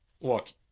look